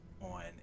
on